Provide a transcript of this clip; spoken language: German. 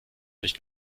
nicht